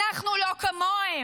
אנחנו לא כמוהם.